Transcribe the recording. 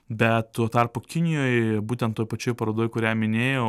bet tuo tarpu kinijoj būtent toj pačioj parodoj kurią minėjau